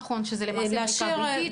נכון, שזה למעשה בדיקה ביתית